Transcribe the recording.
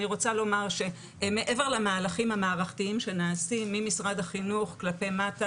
אני רוצה לומר שמעבר למהלכים המערכתיים שנעשים ממשרד החינוך כלפי מטה,